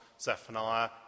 Zephaniah